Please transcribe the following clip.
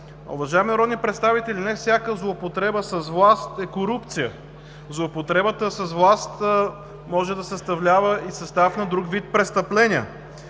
Уважаеми народни представители, не всяка злоупотреба с власт е корупция. Злоупотребата с власт може да съставлява и състав на друг вид престъпления.